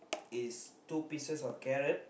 is two pieces of carrot